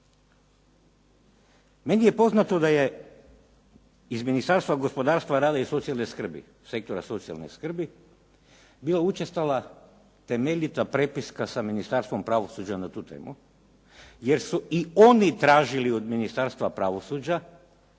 Meni je poznato da je iz Ministarstva gospodarstva, rada i socijalne skrbi, sektora socijalne skrbi, bila učestala temeljita prepiska sa Ministarstvom pravosuđa na tu temu, jer su i oni tražili od Ministarstva pravosuđa